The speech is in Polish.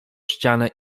ścianę